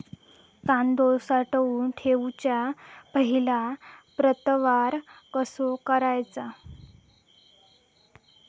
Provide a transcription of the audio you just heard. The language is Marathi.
कांदो साठवून ठेवुच्या पहिला प्रतवार कसो करायचा?